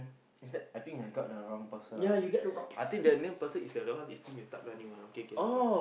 is that I think I got the wrong person ah I think the name person is the that one is think that you tak berani one okay okay never mind